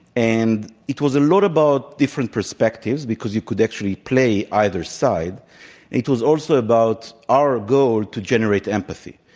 and it was a lot about different perspectives because you could actually play either side, and it was also about our goal to generate empathy.